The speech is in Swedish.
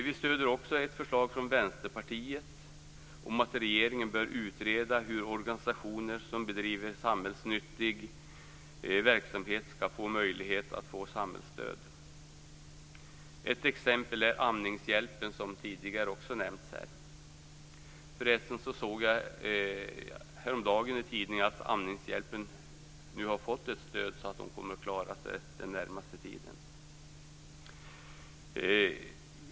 Vi stöder också ett förslag från Vänsterpartiet om att regeringen bör utreda hur organisationer som bedriver samhällsnyttig verksamhet skall få möjlighet att få samhällsstöd. Ett exempel är Amningshjälpen, som tidigare också nämnts här. Jag såg förresten häromdagen i tidningen att Amningshjälpen nu har fått ett stöd så att den kommer att klara sig under den närmaste tiden.